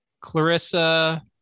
clarissa